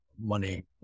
money